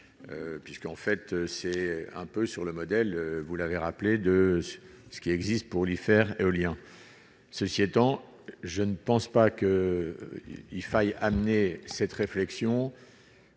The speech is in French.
fait c'est un peu sur le modèle, vous l'avez rappelé de ce qui existe pour lui faire éolien, ceci étant, je ne pense pas qu'il faille amener cette réflexion